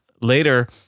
later